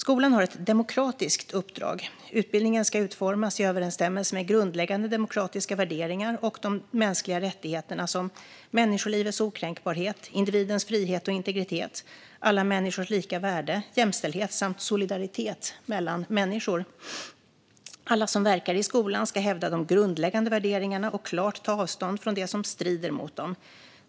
Skolan har ett demokratiskt uppdrag. Utbildningen ska utformas i överensstämmelse med grundläggande demokratiska värderingar och de mänskliga rättigheterna som människolivets okränkbarhet, individens frihet och integritet, alla människors lika värde, jämställdhet samt solidaritet mellan människor. Alla som verkar i skolan ska hävda de grundläggande värderingarna och klart ta avstånd från det som strider mot dem.